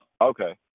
Okay